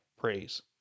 praise